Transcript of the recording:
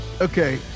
Okay